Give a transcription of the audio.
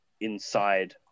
inside